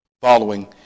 following